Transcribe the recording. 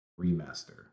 remaster